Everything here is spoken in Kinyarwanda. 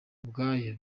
ubwayo